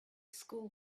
school